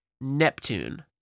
Neptune